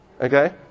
Okay